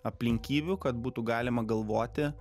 aplinkybių kad būtų galima galvoti